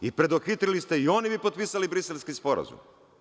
I preduhitrili ste ih, i oni bi potpisali Briselski sporazum.